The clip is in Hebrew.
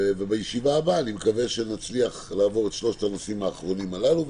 ואני מקווה שבישיבה הבאה נצליח לעבור את שלושת הנושאים האחרונים הללו.